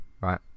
right